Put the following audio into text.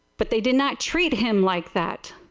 but they did not treat him like that.